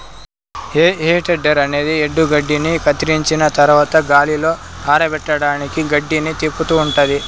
హే tedder అనేది ఎండుగడ్డిని కత్తిరించిన తరవాత గాలిలో ఆరపెట్టడానికి గడ్డిని తిప్పుతూ ఉంటాది